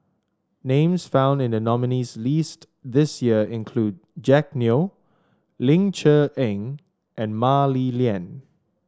names found in the nominees' list this year include Jack Neo Ling Cher Eng and Mah Li Lian